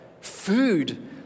Food